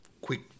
quick